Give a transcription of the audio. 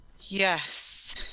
Yes